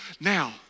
Now